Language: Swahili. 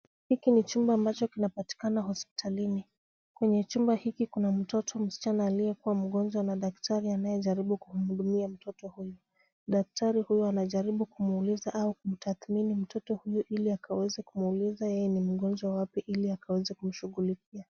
Hiking ni chumba ambacho kinapatikana hospitalini. Kwenye chumba hiki Kuna mtoto msichana aliyekuwa mgonjwa na daktari anaye jaribu kumhudumia mtoto huyo. Daktari huyo anajaribu kumuuliza au kumtathmini mtoto huyo ili akaweze kumuuliza yeye ni mgonjwa wapi ili akaweze kumshugulikia.